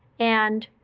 and